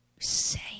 Say